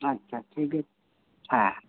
ᱟᱪᱪᱷᱟ ᱴᱷᱤᱠ ᱜᱮᱭᱟ ᱦᱮᱸ